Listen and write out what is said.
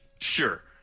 sure